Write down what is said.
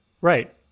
Right